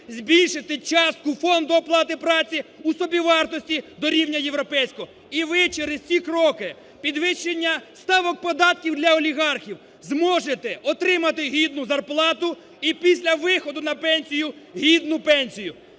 збільшити частку фонду оплати праці у собівартості до рівня європейського. І ви через ці кроки підвищення ставок податків для олігархів зможете отримати гідну зарплату і після виходу на пенсію – гідну пенсію.